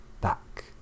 back